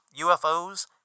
UFOs